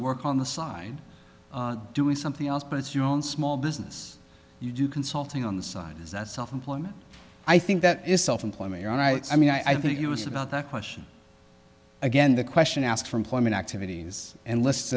work on the side doing something else but it's your own small business you do consulting on the side is that self employment i think that is self employment your own i mean i think it was about that question again the question asked for employment activities and list